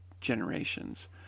generations